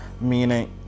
meaning